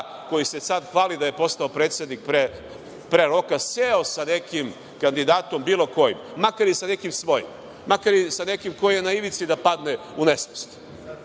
koji se sada hvali da je postao predsednik pre roka, seo sa nekim kandidatom, bilo kojim, makar i sa nekim svojim, makar i sa nekim koji je na ivici da padne u nesvest